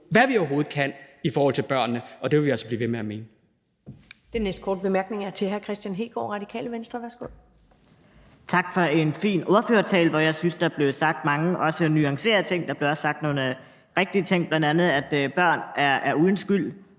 hvad vi overhovedet kan, i forhold til børnene. Og det vil vi altså blive ved med at mene.